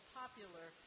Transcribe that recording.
popular